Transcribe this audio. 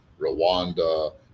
Rwanda